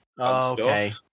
okay